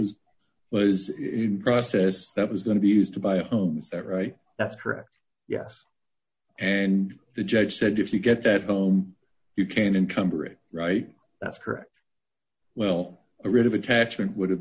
in process that was going to be used to buy a home is that right that's correct yes and the judge said if you get that home you can and cumber it right that's correct well a writ of attachment would have